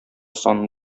саны